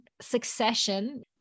Succession